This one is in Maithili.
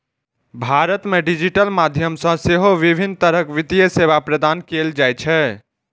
भारत मे डिजिटल माध्यम सं सेहो विभिन्न तरहक वित्तीय सेवा प्रदान कैल जाइ छै